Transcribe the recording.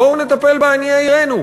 בואו נטפל בעניי עירנו,